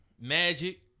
Magic